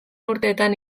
urteetan